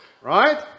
Right